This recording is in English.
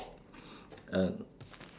uh